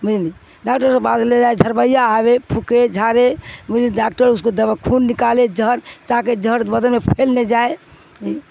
بجھ لیے ڈاکٹر کے سے بد لے جائے جھڑویا آوئے پھوکے جھاڑے بجھ ڈاکٹر اس کو دوا خون نکالے زہر تا کہ زہر بدن میں پھیل نہ جائے